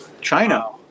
China